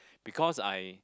because I